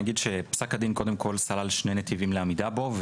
פסק הדין קודם כול סלל שני נתיבים לעמידה בו,